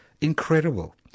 Incredible